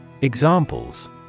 Examples